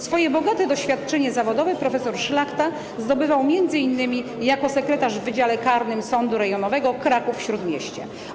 Swoje bogate doświadczenie zawodowe prof. Szlachta zdobywał m.in. jako sekretarz w Wydziale Karnym Sądu Rejonowego Kraków-Śródmieście.